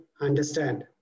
understand